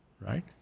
Right